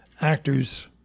actors